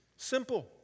Simple